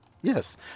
Yes